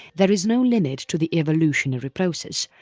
there is no limit to the evolutionary process,